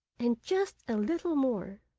and just a little more!